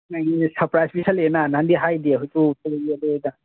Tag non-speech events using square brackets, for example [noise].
ꯅꯪꯗꯤ ꯁꯔꯄ꯭ꯔꯥꯏꯁ ꯄꯤꯁꯤꯜꯂꯛꯑꯦꯅꯥ ꯅꯍꯥꯟꯗꯤ ꯍꯥꯏꯗꯦ [unintelligible]